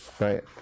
Right